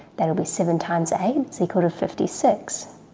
that'll be seven times eight so equal to fifty six.